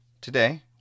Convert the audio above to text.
Today